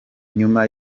nyuma